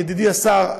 ידידי השר,